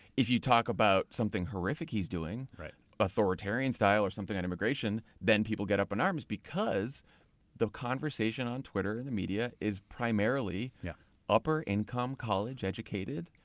if you talk about something horrific he's doing authoritarian style or something on immigration, then people get up in arms because the conversation on twitter and the media is primarily yeah upper income, college educated,